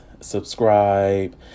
subscribe